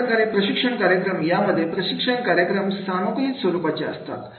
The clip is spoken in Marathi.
अशा प्रकारचे प्रशिक्षण कार्यक्रम यामध्ये प्रशिक्षण कार्यक्रम सानुकूलित स्वरूपाचे असतात